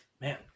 Man